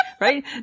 right